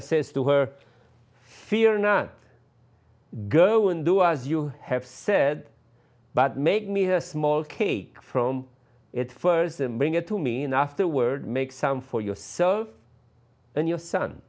i says to her fear not go and do as you have said but make me a small cage from it first and bring it to me and afterward make some for yourself and your son